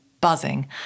buzzing